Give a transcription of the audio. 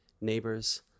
neighbors